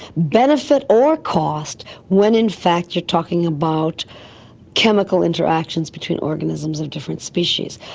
benefit or cost when in fact you're talking about chemical interactions between organisms of different species.